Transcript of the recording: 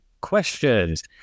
questions